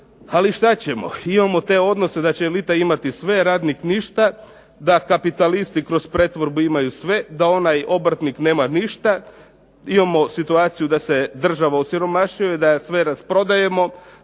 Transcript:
ali što ćemo imamo te odnose da će elita imati sve, a radnik ništa, da kapitalisti kroz pretvorbu imaju sve, da onaj obrtnik nema ništa. Imamo situaciju da se država osiromašuje, da je sve rasprodajemo